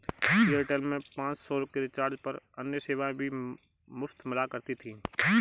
Airtel में पाँच सौ के रिचार्ज पर अन्य सेवाएं भी मुफ़्त मिला करती थी